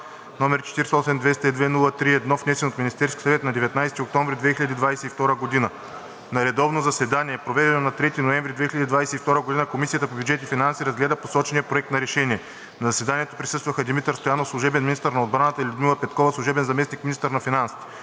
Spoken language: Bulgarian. № 48-202-03-1, внесен от Министерския съвет на 19 октомври 2022 г. На редовно заседание, проведено на 3 ноември 2022 г., Комисията по бюджет и финанси разгледа посочения проект на решение. На заседанието присъстваха Димитър Стоянов – служебен министър на отбраната, и Людмила Петкова – служебен заместник-министър на финансите.